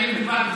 א.